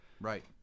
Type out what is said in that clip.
Right